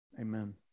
Amen